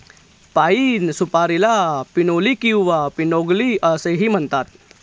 पाइन सुपारीला पिनोली किंवा पिग्नोली असेही म्हणतात